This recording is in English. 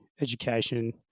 education